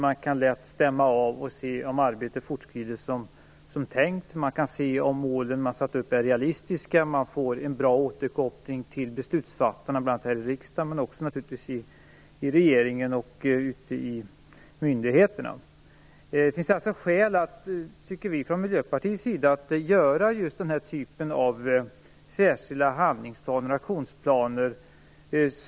Man kan då lätt stämma av och se om arbetet fortskrider som tänkt, man kan se om de mål man satt upp är realistiska och man får en bra återkoppling till beslutsfattarna - bl.a. här i riksdagen men också i regeringen och ute i myndigheterna. Vi i Miljöpartiet tycker alltså att det finns skäl att göra den här typen av särskilda handlings eller aktionsplaner.